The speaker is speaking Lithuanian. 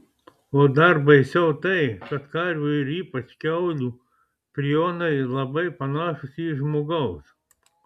o dar baisiau tai kad karvių ir ypač kiaulių prionai labai panašūs į žmogaus